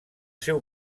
seu